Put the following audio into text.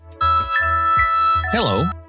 Hello